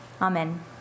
Amen